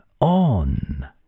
on